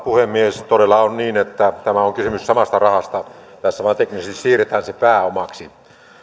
puhemies todella on niin että tässä on kysymys samasta rahasta tässä terrafamessa vain teknisesti siirretään se pääomaksi